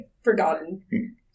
forgotten